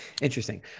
Interesting